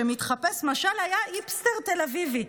שמתחפש משל היה היפסטר תל אביבי.